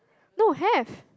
no have